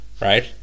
right